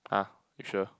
!huh! you sure